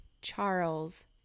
Charles